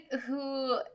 who-